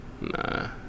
Nah